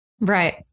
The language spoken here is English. Right